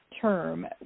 term